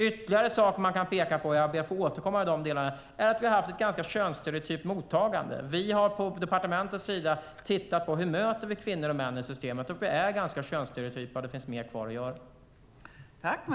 Ytterligare saker som man kan peka på - jag ber att få återkomma om detta - är att vi har haft ett ganska könsstereotypt mottagande. Vi har på departementet tittat på hur vi bemöter kvinnor och män i systemet. Vi är ganska könsstereotypa, och det finns mer kvar att göra.